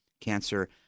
cancer